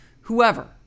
whoever